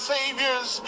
Savior's